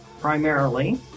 primarily